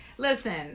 Listen